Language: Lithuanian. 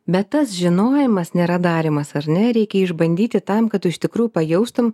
bet tas žinojimas nėra darymas ar ne jį reikia išbandyti tam kad tu iš tikrų pajaustum